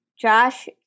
Josh